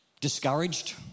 discouraged